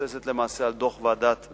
המבוססת למעשה על דוח ועדת-לנגרמן,